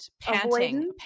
panting